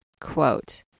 quote